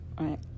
right